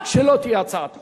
רק שלא תהיה הצעת חוק.